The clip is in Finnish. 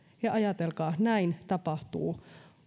ja ajatelkaa näin tapahtuu